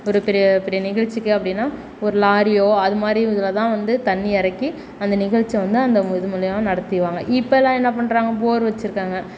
ஒரு பெரிய பெரிய நிகழ்ச்சிக்கு அப்படினா ஒரு லாரியோ அது மாதிரி இதில் தான் வந்து தண்ணி இறக்கி அந்த நிகழ்ச்சியை வந்து அந்த இது மூலயமா நடத்திடுவாங்க இப்போதெலாம் என்ன பண்ணுறாங்க போர் வச்சுருக்காங்க